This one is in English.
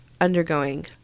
undergoing